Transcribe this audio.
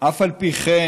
"אף על פי כן,